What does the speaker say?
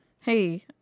hey